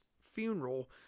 funeral